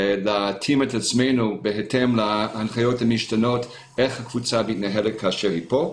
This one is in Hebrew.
להתאים את עצמנו בהתאם להנחיות המשתנות איך הקבוצה מתנהלת כאשר היא כאן.